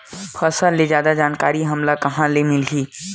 फसल के जादा जानकारी हमला कहां ले मिलही?